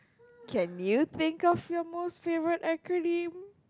can you think of your most favorite acronym